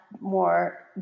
more